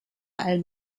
all